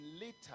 later